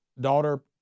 daughter